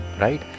right